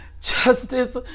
justice